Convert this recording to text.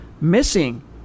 missing